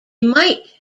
might